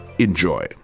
Enjoy